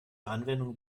anwendung